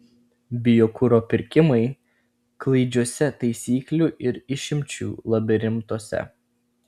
biokuro pirkimai klaidžiuose taisyklių ir išimčių labirintuose